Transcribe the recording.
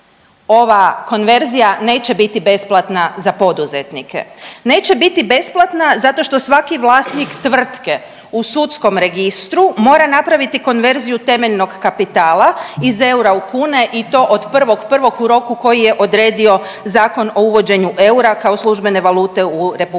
ova konverzija neće biti besplatna za poduzetnike, neće biti besplatna zato što svaki vlasnik tvrtke u sudskom registru mora napraviti konverziju temeljnog kapitala iz eura u kune i to od 1.1. u roku koji je odredio Zakon o uvođenju eura kao službene valute u RH, da